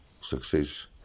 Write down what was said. success